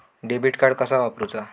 Debit card कसा वापरुचा?